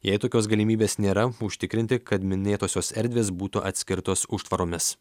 jei tokios galimybės nėra užtikrinti kad minėtosios erdvės būtų atskirtos užtvaromis